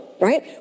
right